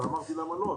ואמרתי למה לא,